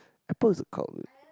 apple is a cult